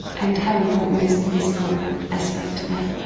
and how important is the physical aspect to that?